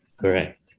Correct